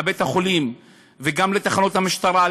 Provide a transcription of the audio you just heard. לבית-החולים וגם לתחנות המשטרה,